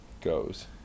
goes